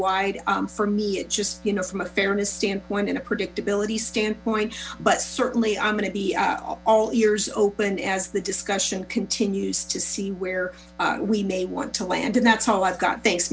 wide for me it just you know from a fairness standpoint and a predictability standpoint but certainly i'm going to be all ears open as the discussion continues to see where we may want to land and that's all i've got thanks